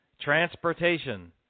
transportation